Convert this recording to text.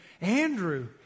Andrew